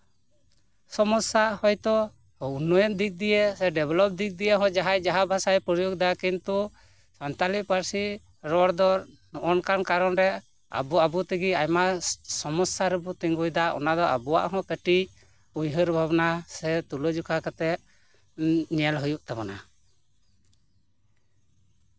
ᱥᱚᱢᱚᱥᱥᱟ ᱦᱳᱭᱛᱳ ᱩᱱᱱᱚᱭᱚᱱ ᱫᱤᱠ ᱫᱤᱭᱮ ᱥᱮ ᱰᱮᱯᱞᱚᱵ ᱫᱤᱠ ᱫᱤᱭᱮ ᱦᱚᱸ ᱡᱟᱦᱟᱸᱭ ᱡᱟᱦᱟᱸ ᱵᱷᱟᱥᱟᱭ ᱯᱨᱚᱭᱳᱜᱽ ᱮᱫᱟ ᱠᱤᱱᱛᱩ ᱥᱟᱱᱛᱟᱲᱤ ᱯᱟᱹᱨᱥᱤ ᱨᱚᱲ ᱫᱚ ᱚᱱᱠᱟᱱ ᱠᱟᱨᱚᱱ ᱨᱮ ᱟᱵᱚᱼᱟᱵᱚ ᱛᱮᱜᱮ ᱟᱭᱢᱟ ᱥᱟᱢᱚᱥᱥᱟ ᱨᱮᱵᱚ ᱛᱤᱸᱜᱩᱭᱮᱫᱟ ᱚᱱᱟ ᱫᱚ ᱟᱵᱚᱣᱟᱜ ᱦᱚᱸ ᱠᱟᱹᱴᱤᱡ ᱩᱭᱦᱟᱹᱨ ᱵᱷᱟᱵᱱᱟ ᱥᱮ ᱛᱩᱞᱟᱹᱡᱚᱠᱷᱟ ᱠᱟᱛᱮ ᱧᱮᱞ ᱦᱩᱭᱩᱜ ᱛᱟᱵᱚᱱᱟ